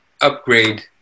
upgrade